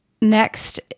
Next